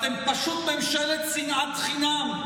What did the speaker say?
אתם פשוט ממשלת שנאת חינם.